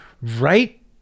right